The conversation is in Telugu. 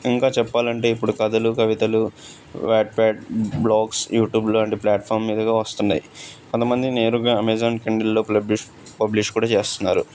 ఇంకా చెప్పాలి అంటే ఇప్పుడు కథలు కవితలు వ్యాట్ప్యాడ్ బ్లాగ్స్ యూట్యూబ్ లాంటి ప్లాట్ఫామ్ మీదుగా వస్తున్నాయి కొంతమంది నేరుగా అమెజాన్ కండిల్లో ప్లబిష్ పబ్లిష్ కూడా చేస్తున్నారు